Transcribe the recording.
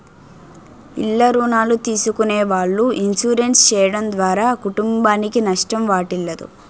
ఇల్ల రుణాలు తీసుకునే వాళ్ళు ఇన్సూరెన్స్ చేయడం ద్వారా కుటుంబానికి నష్టం వాటిల్లదు